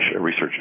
Research